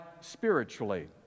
spiritually